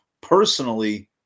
personally